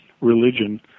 religion